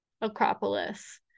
Acropolis